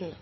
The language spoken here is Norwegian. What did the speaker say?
Jeg